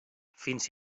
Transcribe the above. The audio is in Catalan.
fins